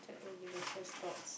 that will be the first thought